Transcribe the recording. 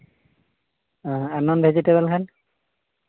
ᱚᱸᱻ ᱟᱨ ᱱᱚᱱ ᱵᱷᱮᱡᱤᱴᱮᱵᱚᱞ ᱠᱷᱟᱡ